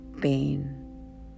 pain